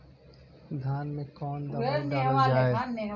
धान मे कवन दवाई डालल जाए?